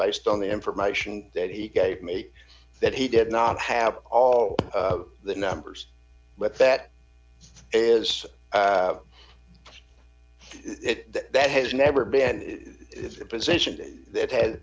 based on the information that he gave me that he did not have all the numbers but that is it that has never been a position that ha